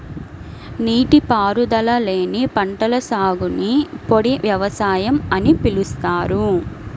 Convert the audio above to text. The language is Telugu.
నీటిపారుదల లేని పంటల సాగుని పొడి వ్యవసాయం అని పిలుస్తారు